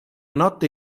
notte